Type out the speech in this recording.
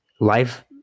life